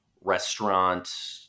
restaurant